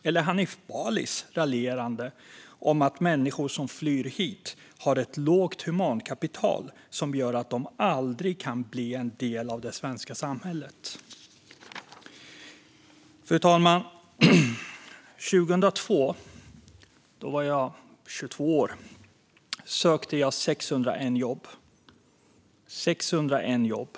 Eller stämmer Hanif Balis raljerande om att människor som flyr hit har ett lågt humankapital som gör att de aldrig kan bli en del av det svenska samhället? Fru talman! År 2002, när jag var 22 år, sökte jag 601 jobb - 601 jobb!